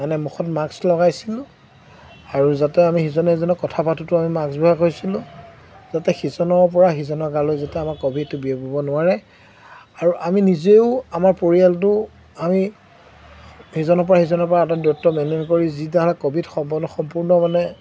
মানে মুখত মাস্ক লগাইছিলোঁ আৰু যাতে আমি সিজনে সিজনক কথা পাতোঁতেও আমি মাস্ক ব্যৱহাৰ কৰিছিলোঁ যাতে সিজনৰপৰা সিজনৰ গালৈ যাতে আমাৰ কভিডটো বিয়পিব নোৱাৰে আৰু আমি নিজেও আমাৰ পৰিয়ালটো আমি সিজনৰপৰা সিজনৰপৰা আঁতৰ দূৰত্ব মেইনটেইন কৰি যিধৰণে কভিড সম্পন্ন সম্পূৰ্ণ মানে